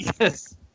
yes